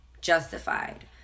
justified